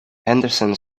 henderson